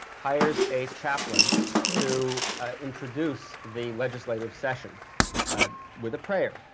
hires a chaplain to introduce the legislative session with a prayer.